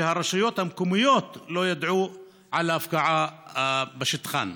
הרשויות המקומיות לא ידעו על הפקעה בשטחן.